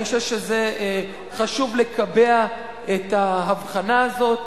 אני חושב שחשוב לקבע את ההבחנה הזאת.